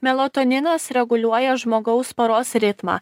melatoninas reguliuoja žmogaus paros ritmą